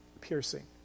Piercing